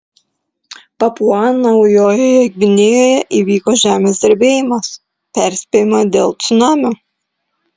papua naujojoje gvinėjoje įvyko žemės drebėjimas perspėjama dėl cunamio